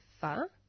far